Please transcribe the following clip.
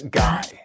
guy